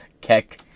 keck